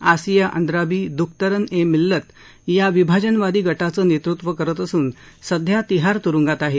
आसिया अंद्राबी दुख्तरन ए मिल्लत या विभाजनवादी गटाचं नेतृत्व करत असून सध्या तिहार तुरुंगात आहे